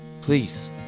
Please